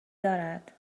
دارد